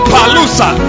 Palusa